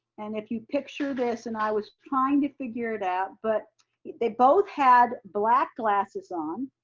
and if you picture this, and i was trying to figure it out. but they both had black glasses on,